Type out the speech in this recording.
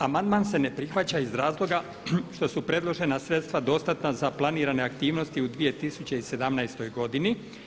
Amandman se ne prihvaća iz razloga što su predložena sredstva dostatna za planirane aktivnosti u 2017. godini.